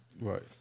Right